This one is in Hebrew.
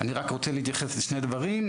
אני רוצה להתייחס לשני דברים.